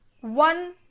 one